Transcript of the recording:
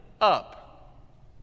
up